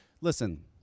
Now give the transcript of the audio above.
Listen